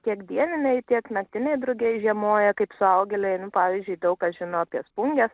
tiek dievinai tiek naktiniai drugiai žiemoja kaip suaugėliai pavyzdžiui daug kas žino apie plungę